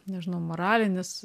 nežinau moralinis